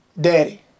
daddy